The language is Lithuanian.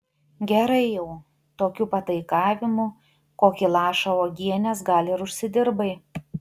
gerai jau tokiu pataikavimu kokį lašą uogienės gal ir užsidirbai